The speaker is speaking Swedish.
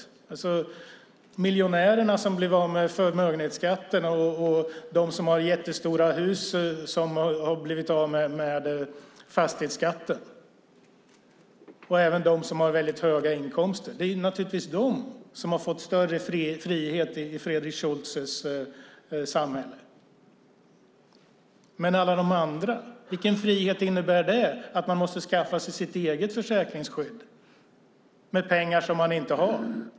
Det handlar om miljonärerna som blev av med förmögenhetsskatten, om de som har jättestora hus som har blivit av med fastighetsskatten och naturligtvis även om de som har mycket höga inkomster. Det är naturligtvis dessa människor som har fått större frihet i Fredrik Schultes samhälle. Men vilken frihet innebär det för alla andra som måste skaffa sig sitt eget försäkringsskydd med pengar som man inte har?